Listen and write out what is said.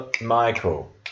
Michael